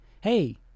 Hey